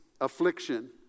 affliction